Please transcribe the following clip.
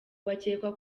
bakeka